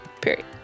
Period